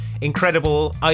incredible